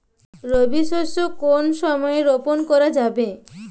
রবি শস্য কোন সময় রোপন করা যাবে?